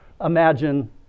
imagine